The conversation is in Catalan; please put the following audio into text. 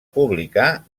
publicar